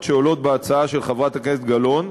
שעולות בהצעה של חברת הכנסת גלאון,